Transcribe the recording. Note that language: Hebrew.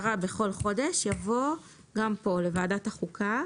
ב-10 בכל חודש" יבוא לוועדת החוקה